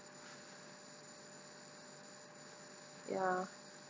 ya